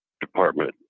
department